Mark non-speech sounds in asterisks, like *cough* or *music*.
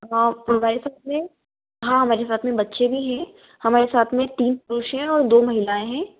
हाँ *unintelligible* सकते हैं हाँ हमारे साथ में बच्चे भी हैं हमारे साथ में तीन पुरुष हैं और दो महिलाएँ हैं